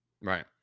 Right